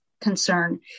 concern